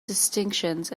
distinctions